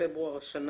2019